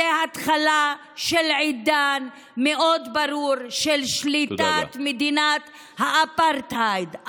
זאת התחלה של עידן מאוד ברור של שליטת מדינת האפרטהייד.